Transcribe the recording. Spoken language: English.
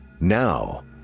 Now